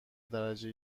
درجه